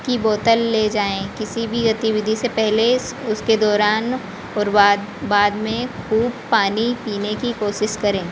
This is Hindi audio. की बोतल ले जाएँ किसी भी गतिविधि से पहले उसके दौरान और बाद बाद में खूब पानी पीने की कोशिश करें